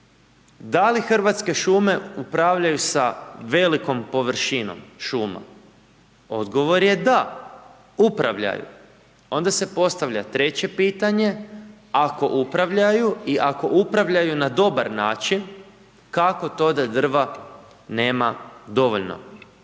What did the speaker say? Da li Hrvatske šume upravljaju sa velikom površinom šuma? Odgovor je da upravljaju. Onda se postavlja treće pitanje. Ako upravljaju i ako upravljaju na dobar način kako to da drva nema dovoljno?